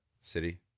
City